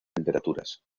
temperaturas